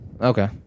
Okay